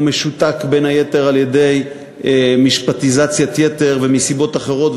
הוא משותק בין היתר על-ידי משפטיזציית-יתר ומסיבות אחרות,